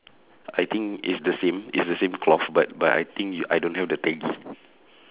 I think is the same it's the same cloth but but I think I don't have the peggy